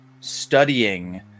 studying